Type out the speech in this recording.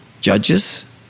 judges